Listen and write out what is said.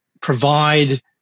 provide